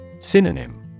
Synonym